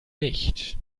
nicht